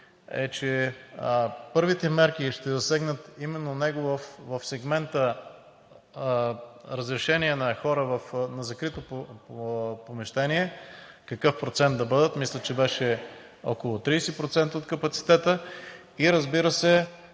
е, че първите мерки ще засегнат именно него в сегмента разрешение на хора в закрито помещение – какъв процент да бъдат, мисля, че беше около 30% от капацитета, и разбира се,